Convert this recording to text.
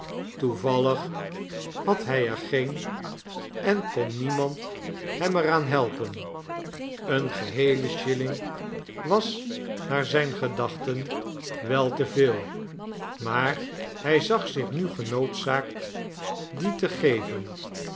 toevallig had hij er geen en kon niemand hem er aan helpen een geheele shilling was naar zijne gedachten wel te veel maar hij zag zich nu genoodzaakt dien te geven